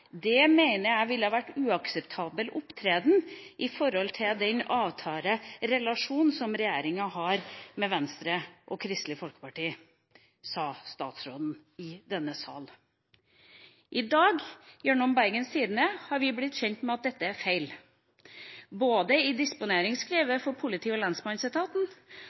Det mener jeg også ville vært en uakseptabel opptreden i forhold til den avtalerelasjonen som regjeringen har med Venstre og Kristelig Folkeparti.» Det sa statsråden i denne sal. I dag har vi gjennom Bergens Tidende blitt gjort kjent med at dette er feil. Både i disponeringsskrivet for politi- og lensmannsetaten